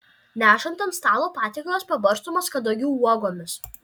nešant ant stalo patiekalas pabarstomas kadagių uogomis